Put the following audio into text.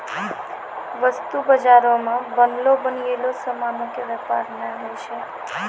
वस्तु बजारो मे बनलो बनयलो समानो के व्यापार नै होय छै